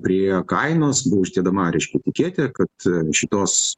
prie kainos buvo uždedama reiškia etiketė kad šitos